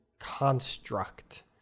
construct